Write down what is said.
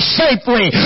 safely